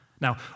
Now